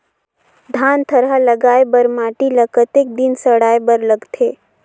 धान थरहा लगाय बर माटी ल कतेक दिन सड़ाय बर लगथे?